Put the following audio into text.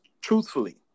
truthfully